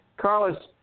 Carlos